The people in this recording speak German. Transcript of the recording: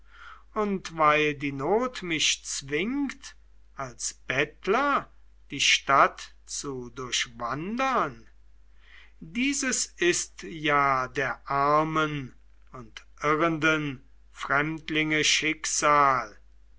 und weil die not mich zwingt als bettler die stadt zu durchwandern dieses ist ja der armen und irrenden fremdlinge schicksal